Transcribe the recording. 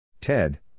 Ted